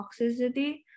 toxicity